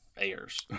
Ayers